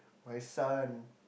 my son